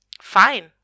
Fine